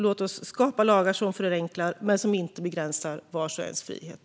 Låt oss skapa lagar som förenklar detta men inte begränsar vars och ens frihet!